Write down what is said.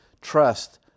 trust